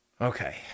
Okay